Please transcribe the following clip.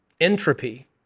entropy